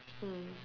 mm